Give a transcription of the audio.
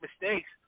mistakes